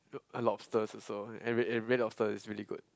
a lobsters also and red and red lobster is really good